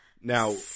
Now-